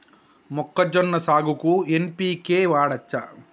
మొక్కజొన్న సాగుకు ఎన్.పి.కే వాడచ్చా?